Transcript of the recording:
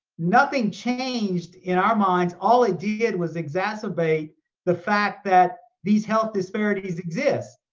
nothing changed in our minds. all it did was exacerbate the fact that these health disparities exist.